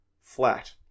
flat